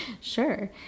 Sure